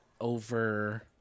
over